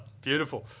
Beautiful